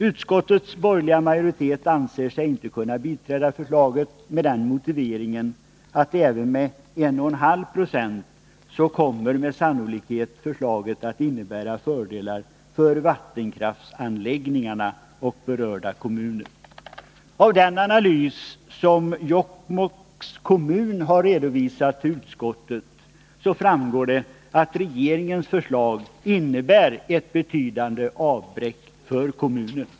Utskottets borgerliga majoritet anser sig inte kunna biträda förslaget, med motiveringen att förslaget även med 1,5 96 med sannolikhet kommer att innebära fördelar för vattenkraftsanläggningarna och berörda kommuner. Av den analys som Jokkmokks kommun har redovisat till utskottet framgår att regeringens förslag innebär ett betydande avbräck för kommunen.